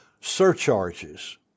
surcharges